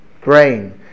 brain